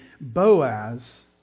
Boaz